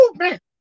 movement